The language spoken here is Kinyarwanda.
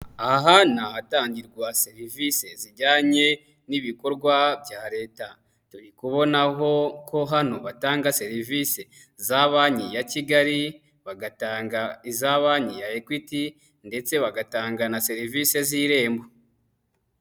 Aha hatangirwa serivisi zijyanye n'ibikorwa bya leta, turi kubonaho ko hano batanga serivisi za banki ya Kigali bagatanga iza banki ya Equity, ndetse bagatanga na serivisi z'irembo.